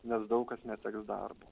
nes daug kas neteks darbo